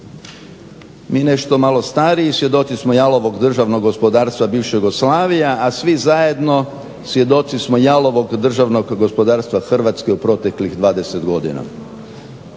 Mi nešto malo stariji svjedoci smo jalovog državnog gospodarstva bivše Jugoslavije, a svi zajedno svjedoci smo jalovog državnog gospodarstva Hrvatske u proteklih 20 godina.